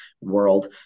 world